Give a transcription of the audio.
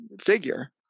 figure